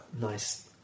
nice